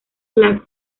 clark